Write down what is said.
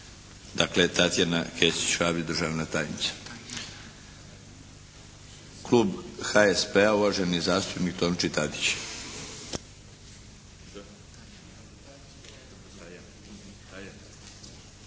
Dakle, Tatjana Kesić-Šabić, državna tajnica. Klub HSP-a uvaženi zastupnik Tonči Tadić.